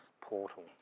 portal